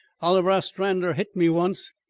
oliver ostrander hit me once.